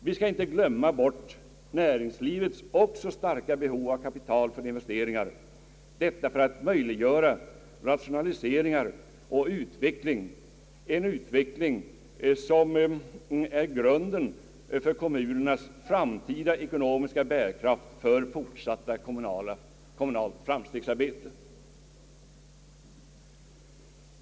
Vi får inte glömma att också näringslivet har ett starkt behov av kapital för investeringar som skall möjliggöra en rationalisering och en utveckling som är grunden för kommunernas framtida ekonomiska bärkraft och det fortsatta kommunala framstegsarbetet.